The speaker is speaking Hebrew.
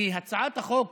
כי הצעת החוק